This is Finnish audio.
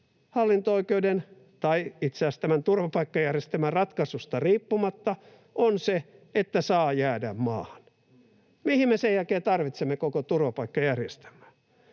hallinto-oikeudessa — tai itse asiassa tämän turvapaikkajärjestelmän ratkaisusta riippumatta — on se, että saa jäädä maahan? Mihin me sen jälkeen tarvitsemme koko turvapaikkajärjestelmää?